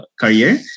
career